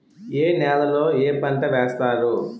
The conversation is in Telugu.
ఏ నేలలో ఏ పంట వేస్తారు?